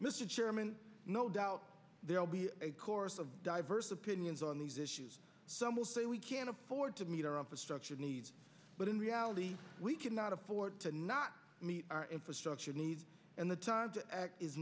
mr chairman no doubt there will be a chorus of diverse opinions on these issues some will say we can't afford to meet our infrastructure needs but in reality we cannot afford to not meet our infrastructure needs and the time to act is